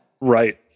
Right